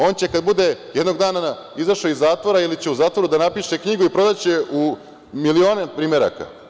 On će kada jednog dana bude izašao iz zatvora ili će u zatvoru da napiše knjigu i prodaće je u milione primeraka.